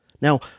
Now